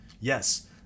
Yes